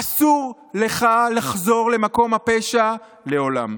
אסור לך לחזור למקום הפשע לעולם.